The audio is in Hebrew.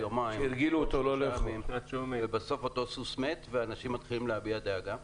אותו כל יומיים ובסוף אותו סוס מת ואנשים מתחילים להביע דאגה.